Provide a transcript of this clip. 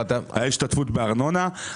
הייתה השתתפות בארנונה,